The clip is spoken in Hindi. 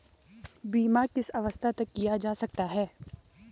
बीमा किस अवस्था तक किया जा सकता है?